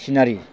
scenery